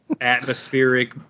atmospheric